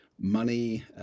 money